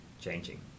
changing